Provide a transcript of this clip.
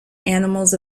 animals